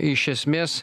iš esmės